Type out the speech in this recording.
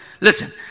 listen